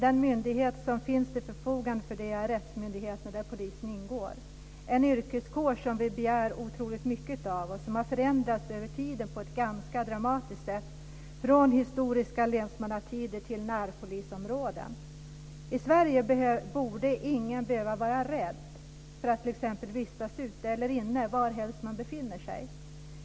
Den myndighet som finns till förfogande för detta är rättsmyndigheten, där polisen ingår - en yrkeskår som vi begär otroligt mycket av och som har förändrats över tiden på ett ganska dramatiskt sätt, från historiska länsmannatider till närpolisområden. I Sverige borde ingen behöva vara rädd för att vistas ute eller inne, varhelst man befinner sig.